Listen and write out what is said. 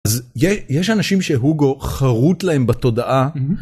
יש אנשים שהוגו חרוט להם בתודעה.